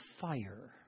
fire